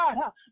God